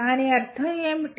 దాని అర్థం ఏమిటి